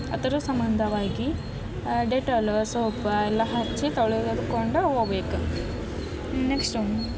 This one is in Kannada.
ಅದರ ಸಂಬಂಧವಾಗಿ ಡೆಟಾಲ್ ಸೋಪ ಎಲ್ಲ ಹಚ್ಚಿ ತೊಳೆದುಕೊಂಡು ಹೋಗ್ಬೇಕು ನೆಕ್ಸ್ಟು